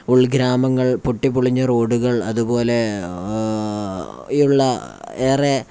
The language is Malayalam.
ഉൾഗ്രാമങ്ങൾ പൊട്ടിപ്പൊളിഞ്ഞ റോഡുകൾ അതുപോലെ ഉള്ള ഏറെ